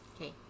Okay